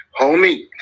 Homie